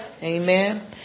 Amen